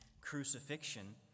crucifixion